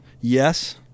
yes